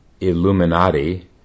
Illuminati